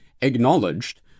acknowledged